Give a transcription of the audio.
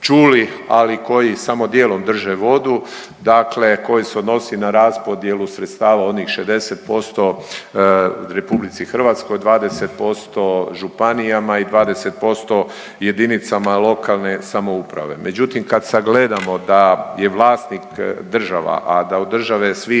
ali koji samo dijelom drže vodu. Dakle koji se odnosi na raspodjelu sredstava, onih 60% RH, 20% županijama i 20% jedinicama lokalne samouprave. Međutim kad sagledamo da je vlasnik država, a da od države svi